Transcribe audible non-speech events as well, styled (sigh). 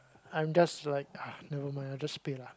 I'm just like (breath) never mind I just pay lah